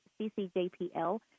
ccjpl